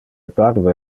parve